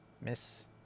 Miss